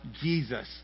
Jesus